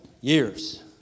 years